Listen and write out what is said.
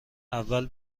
اول